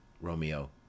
romeo